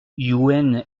youenn